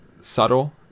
subtle